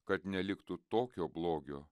kad neliktų tokio blogio